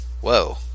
whoa